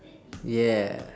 yeah